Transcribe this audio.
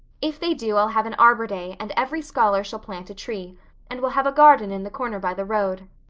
if they do i'll have an arbor day and every scholar shall plant a tree and we'll have a garden in the corner by the road.